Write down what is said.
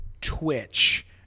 Twitch